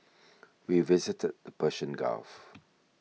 we visited the Persian Gulf